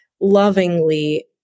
lovingly